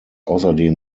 außerdem